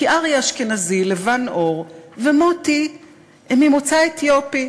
כי אריה אשכנזי לבן עור ומוטי ממוצא אתיופי.